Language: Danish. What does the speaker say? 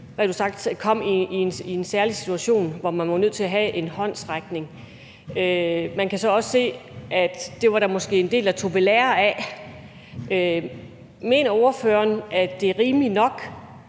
kom i en særlig situation, hvor man var nødt til at have en håndsrækning. Man kan så også se, at det var der måske en del der tog ved lære af. Mener ordføreren, at det er rimeligt nok,